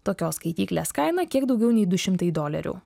tokios skaityklės kaina kiek daugiau nei du šimtai dolerių